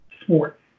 sports